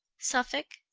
suffolke,